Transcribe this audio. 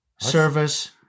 Service